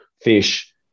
fish